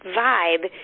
vibe